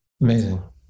amazing